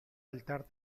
altar